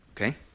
Okay